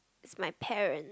is my parent